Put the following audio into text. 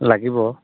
লাগিব